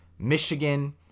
Michigan